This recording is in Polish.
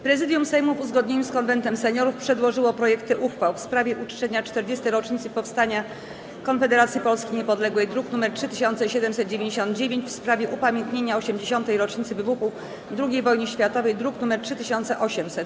Prezydium Sejmu, w uzgodnieniu z Konwentem Seniorów, przedłożyło projekty uchwał: - w sprawie uczczenia 40. rocznicy powstania Konfederacji Polski Niepodległej, druk nr 3799, - w sprawie upamiętnienia 80. rocznicy wybuchu II Wojny Światowej, druk nr 3800.